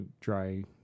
dry